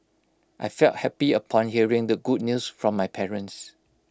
I felt happy upon hearing the good news from my parents